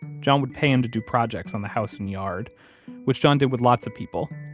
john would pay him to do projects on the house and yard which john did with lots of people.